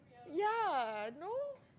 ya no